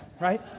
Right